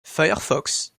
firefox